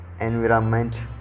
environment